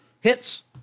Hits